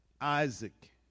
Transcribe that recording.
Isaac